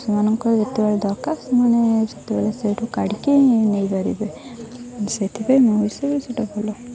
ସେମାନଙ୍କର ଯେତେବେଳେ ଦରକାର ସେମାନେ ଯେତେବେଳେ ସେଇଠୁ କାଢ଼ିକି ନେଇପାରିବେ ସେଇଥିପାଇଁ ମୋ ହିସାବରେ ସେଇଟା ଭଲ